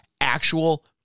actual